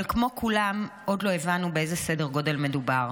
אבל כמו כולם עוד לא הבנו באיזה סדר גודל מדובר.